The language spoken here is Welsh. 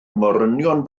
morynion